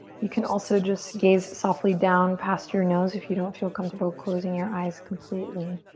you can also just gaze softly down past your nose if you don't feel comfortable closing your eyes completely.